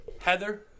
Heather